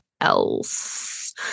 else